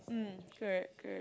mm correct correct